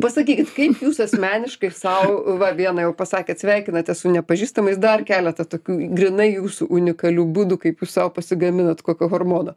pasakykit kaip jūs asmeniškai sau va vieną jau pasakėt sveikinatės su nepažįstamais dar keletą tokių grynai jūsų unikalių būdų kaip jūs sau pasigaminot kokio hormono